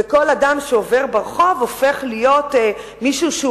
וכל אדם שעובר ברחוב הופך להיות מישהו שהוא